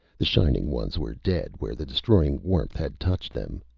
the shining ones were dead where the destroying warmth had touched them.